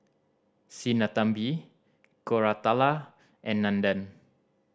Sinnathamby Koratala and Nandan